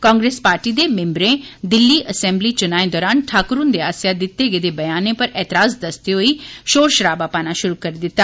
Congress party दे मैम्बरें Delhi assembly चुनाएं दौरान ठाकुर हन्दे पासेया दिते गेदे ब्यानें पर ऐतराज़ दसदे शोर शराबा पाना शुरु करी दिता